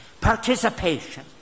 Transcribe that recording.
Participation